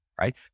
right